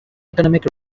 economic